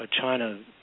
China